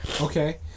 Okay